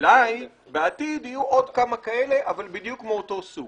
ואולי בעתיד יהיו עוד כמה כאלה אבל בדיוק מאותו הסוג.